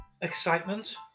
excitement